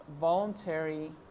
voluntary